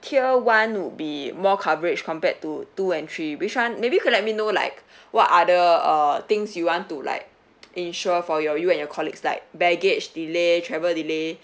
tier one would be more coverage compared to two and three which one maybe you could let me know like what are the uh things you want to like insure for you and your colleagues like baggage delay travel delay